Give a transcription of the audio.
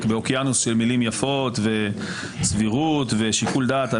באוקיינוס של מילים יפות: סבירות ושיקול דעת.